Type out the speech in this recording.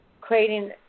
creating